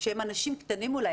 שהם אנשים קטנים אולי,